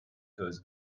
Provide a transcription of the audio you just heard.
goes